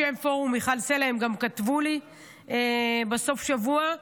בשם פורום מיכל סלה, הם גם כתבו לי בסוף השבוע,